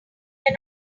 were